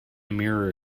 mirror